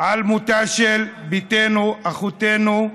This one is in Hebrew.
על מותה של בתנו, אחותנו,